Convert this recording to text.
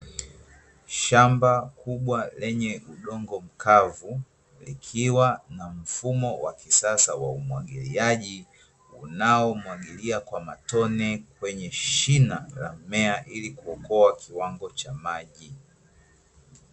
Shamba kubwa lenye udongo mkavu likiwa na mfumo wa kisasa wa umwagiliaji, unaomwagilia kwa matone kwenye shina la mmea ili kuokoa kiwango cha maji.